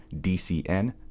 DCN